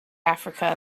africa